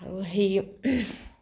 আৰু সেই